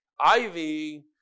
ivy